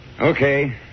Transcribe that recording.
Okay